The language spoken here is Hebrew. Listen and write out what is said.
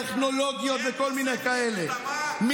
טכנולוגיות וכל מיני כאלה.